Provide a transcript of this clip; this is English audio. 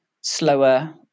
slower